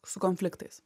su konfliktais